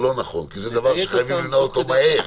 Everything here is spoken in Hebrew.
לא נכון כי זה דבר שחייבים למנוע אותו מהר.